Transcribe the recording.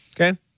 Okay